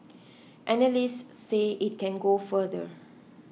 analysts say it can go further